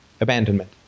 abandonment